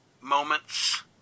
moments